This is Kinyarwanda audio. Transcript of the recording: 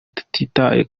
tutitaye